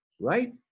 right